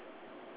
ya